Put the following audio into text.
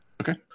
Okay